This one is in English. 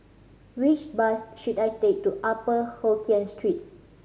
which bus should I take to Upper Hokkien Street